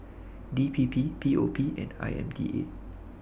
DPP POP and IMDA